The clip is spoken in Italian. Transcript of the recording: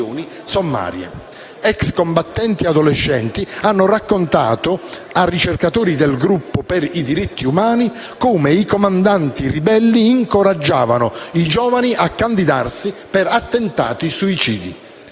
Ex combattenti adolescenti hanno raccontato a ricercatori del gruppo per i diritti umani come i comandanti ribelli incoraggiavano i giovani a candidarsi per attentati suicidi.